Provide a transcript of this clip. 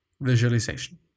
visualization